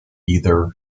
either